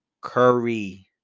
Curry